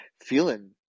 feeling